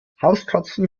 hauskatzen